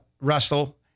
Russell